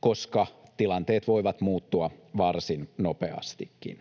koska tilanteet voivat muuttua varsin nopeastikin.